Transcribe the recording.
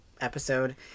episode